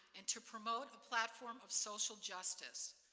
and to promote a platform of social justice.